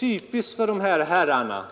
Vidare, herr Hernelius,